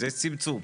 זה צמצום.